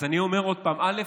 אז אני אומר עוד פעם: א.